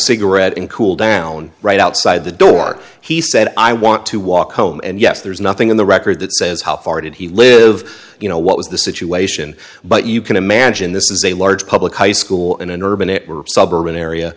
cigarette and cool down right outside the door he said i want to walk home and yes there's nothing in the record that says how far did he live you know what was the situation but you can imagine this is a large public high school in an urban suburban